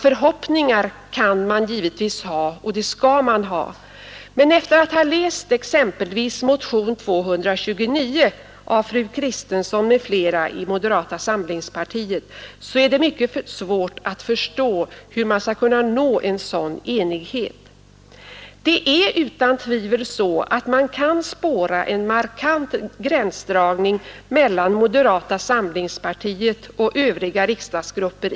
Förhoppningar kan man givetvis ha — och det skall man ha — men efter att ha läst exempelvis motionen 229 av fru Kristensson m.fl. i moderata samlingspartiet är det mycket svårt att förstå hur man skall kunna nå en sådan enighet. Det är utan tvivel så att man kan spåra en markant gränsdragning i denna fråga mellan moderata samlingspartiet och övriga riksdagsgrupper.